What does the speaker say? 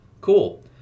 Cool